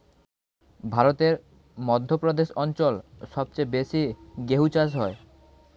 ভারতের মধ্য প্রদেশ অঞ্চল সবচেয়ে বেশি গেহু চাষ হয়